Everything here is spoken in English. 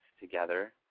together